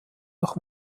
noch